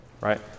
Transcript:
right